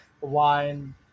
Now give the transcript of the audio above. wine